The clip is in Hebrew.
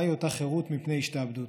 מהי אותה חירות מפני השתעבדות?